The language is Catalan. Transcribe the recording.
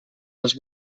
els